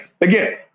Again